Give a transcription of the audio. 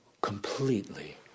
completely